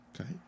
Okay